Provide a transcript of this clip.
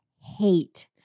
hate